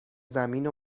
زمین